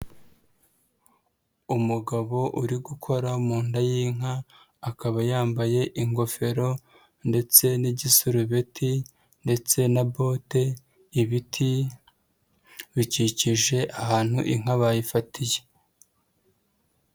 Umugabo uri gukora mu nda y'inka, akaba yambaye ingofero ndetse n'igisurubeti ndetse na bote, ibiti bikikije ahantu inka bayifatiye.